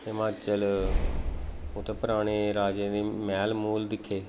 हिमाचल उत्थैं पराने महाराजें दे मैह्ल मूल दिक्खे